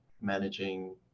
managing